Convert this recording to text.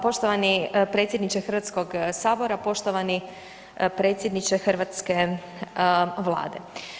Poštovani predsjedniče Hrvatskog sabora, poštovani predsjedniče hrvatske Vlade.